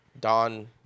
Don